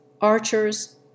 archers